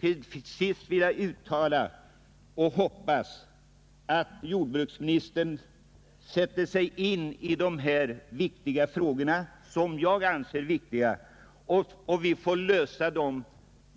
Till sist vill jag uttala min förhoppning att jordbruksministern sätter sig in i dessa frågor som jag anser viktiga, så att vi får lösa dem